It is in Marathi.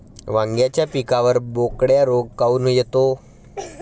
वांग्याच्या पिकावर बोकड्या रोग काऊन येतो?